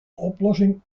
oplossing